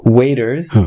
waiters